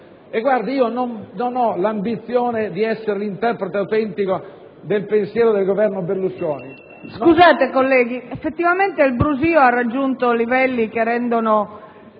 peraltro, non ho l'ambizione di essere l'interprete autentico del pensiero del Governo Berlusconi.